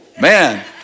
man